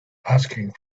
asking